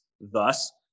thus